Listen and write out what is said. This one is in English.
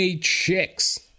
chicks